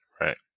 Right